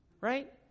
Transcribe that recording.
right